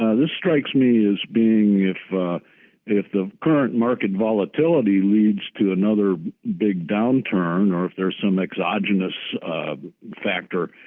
ah this strikes me as being if but if the current market volatility leads to another big downturn or if there's some exogenous factor